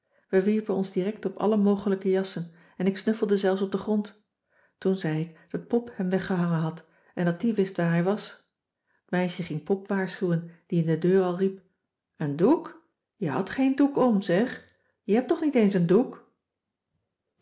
we wierpen ons direct op alle mogelijke jassen en ik snuffelde zelfs op den grond toen zei ik dat pop hem weggehangen had en dat die wist waar hij was t meisje ging pop waarschuwen die in de deur al riep een doek je hadt geen doek om zeg je hebt toch niet eens een doek